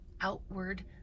outward